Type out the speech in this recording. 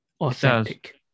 authentic